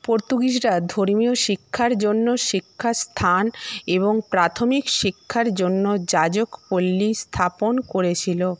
পোর্তুগিজরা ধর্মীয় শিক্ষার জন্য শিক্ষাস্থান এবং প্রাথমিক শিক্ষার জন্য যাজকপল্লী স্থাপন করেছিলো